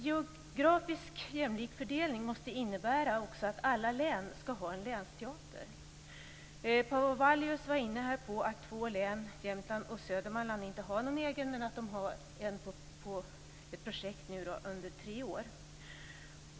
Geografisk jämlik fördelning måste också innebära att alla län skall ha en länsteater. Paavo Vallius var här inne på att två län, Jämtland och Södermanland, inte har någon egen länsteater men att de har ett projekt under tre år.